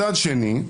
מצד שני,